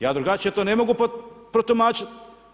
Ja drugačije to ne mogu protumačiti.